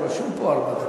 גם רשום פה ארבע דקות.